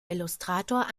illustrator